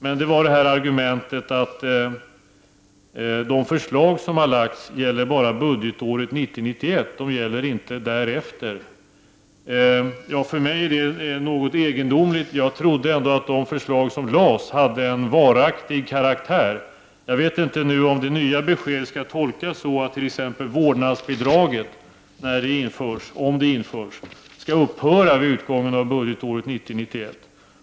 Jag tänker på argumentet att de förslag som har framlagts bara gäller budgetåret 1990 91.